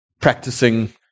practicing